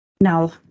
Now